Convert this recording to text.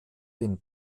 den